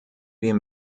wir